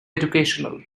educational